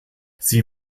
sie